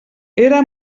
era